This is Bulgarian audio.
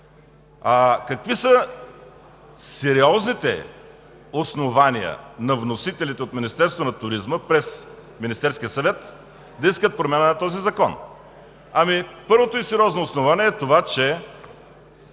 Какви са сериозните основания на вносителите от Министерството на туризма през Министерския съвет да искат промяна на този закон? Първото и сериозно основание е това, че